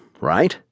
right